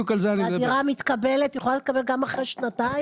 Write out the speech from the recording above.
הדירה יכולה להתקבל גם אחרי שנתיים.